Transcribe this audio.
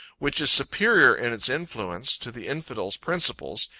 which is superior in its influence, to the infidel's principles,